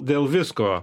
dėl visko